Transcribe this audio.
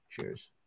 Cheers